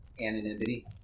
anonymity